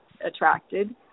attracted